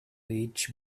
each